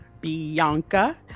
Bianca